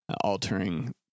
altering